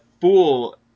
fool